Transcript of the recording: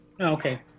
Okay